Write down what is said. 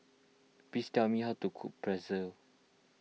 please tell me how to cook Pretzel